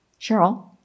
Cheryl